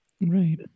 Right